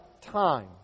time